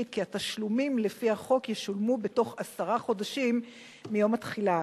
כי התשלומים לפי החוק ישולמו בתוך עשרה חודשים מיום התחילה,